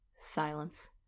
silence